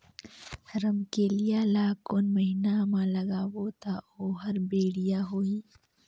रमकेलिया ला कोन महीना मा लगाबो ता ओहार बेडिया होही?